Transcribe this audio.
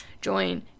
Join